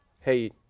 hey